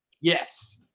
Yes